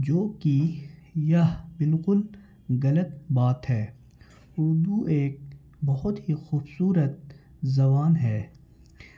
جو کہ یہ بالکل غلط بات ہے اردو ایک بہت ہی خوبصورت زبان ہے